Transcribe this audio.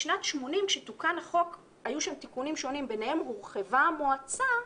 בשנת 80 כשתוקן החוק היו שם תיקונים שונים וביניהם הורחבה המועצה,